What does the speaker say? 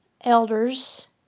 elders